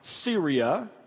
Syria